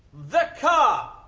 the car.